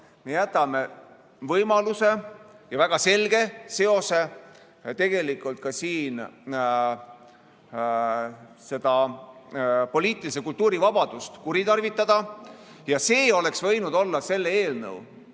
Me jätame võimaluse ja väga selge seose ka siin seda poliitilise kultuuri vabadust kuritarvitada. See oleks võinud olla selle eelnõu